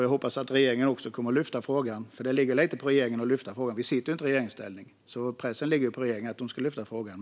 Jag hoppas att regeringen också kommer att lyfta upp frågan, för det ligger lite på regeringen att göra det. Vi sitter inte i regeringsställning, så pressen ligger på regeringen att lyfta upp frågan.